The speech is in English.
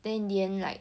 then in the end like